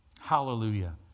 Hallelujah